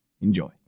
enjoy